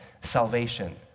salvation